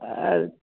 અર